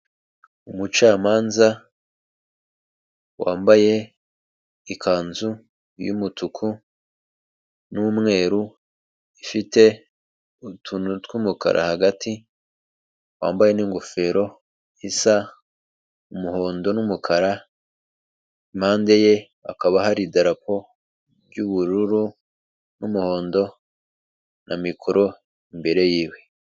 Umucamanza wambaye ikanzu y'umutuku n'umweru ifite utuntu tw'umukara hagati, wambaye n'ingofero isa umuhondo n'umukara, impande ye hakaba hari idarapo ry'ubururu n'umuhondo na mikoro imbere yiwe.